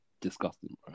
disgusting